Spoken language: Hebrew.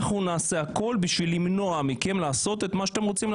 אנחנו נעשה הכול בכדי למנוע מכם לעשות את מה שאתם רוצים לעשות.